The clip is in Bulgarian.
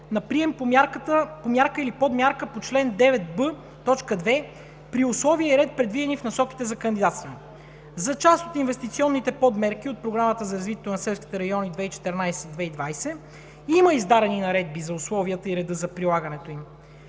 на прием по мярка или подмярка по чл. 9б, т. 2, при условие и ред предвидени в насоките за кандидатстване. За част от инвестиционните подмерки от Програмата за развитие на селските райони 2014 – 2020 има издадени наредби за условията и реда за прилагането им.